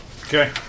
Okay